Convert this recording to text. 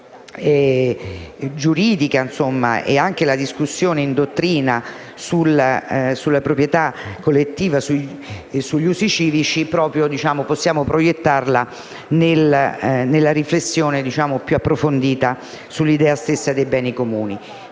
anche giuridica, e la discussione in dottrina sulla proprietà collettiva e sugli usi civici nella riflessione più approfondita sull'idea stessa dei beni comuni.